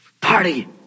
Party